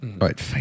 Right